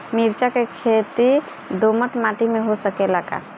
मिर्चा के खेती दोमट माटी में हो सकेला का?